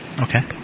Okay